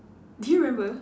do you remember